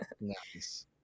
nice